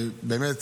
שבאמת,